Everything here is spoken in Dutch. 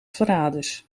verraders